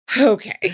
Okay